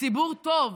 ציבור טוב,